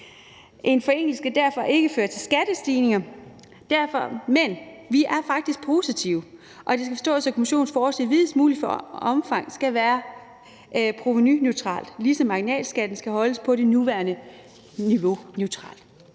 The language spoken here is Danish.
En forenkling skal derfor ikke føre til skattestigninger. Men vi er faktisk positive, og det skal forstås sådan, at kommissionens forslag i videst muligt omfang skal være provenuneutralt, ligesom marginalskatten skal holdes på det nuværende niveau – neutralt.